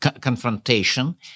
confrontation